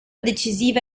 decisiva